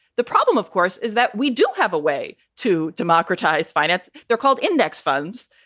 the problem, of course, is that we do have a way to democratize finance. they're called index funds.